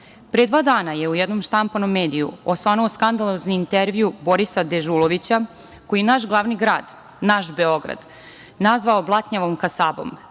Pre dva dana je u jednom štampanom mediju osvanuo skandalozni intervju Borisa Dežulovića, koji naš glavni grad, naš Beograd, nazvao blatnjavom kasabom,